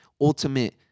ultimate